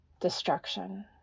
destruction